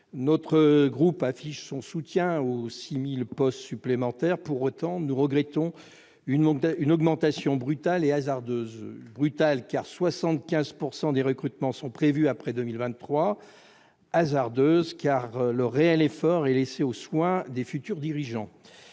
républicain affiche son soutien aux 6 000 postes supplémentaires ; pour autant, nous regrettons une augmentation brutale et hasardeuse ; brutale, car 75 % des recrutements sont prévus après 2023, et hasardeuse, car le réel effort est laissé aux soins des futurs dirigeants.